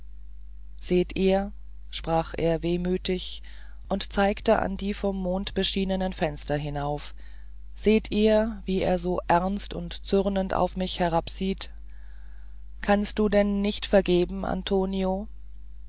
seht ihr sprach er wehmütig und zeigte an die vom mond beschienenen fenster hinauf seht ihr wie er so ernst und zürnend auf mich herabsieht kannst du denn nicht vergeben antonio